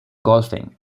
golfing